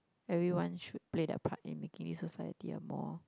everyone should play their part in making this society a more